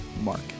Mark